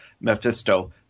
mephisto